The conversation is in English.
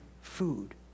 food